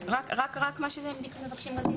רק על אלה שמבקשים בהן